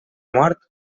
mort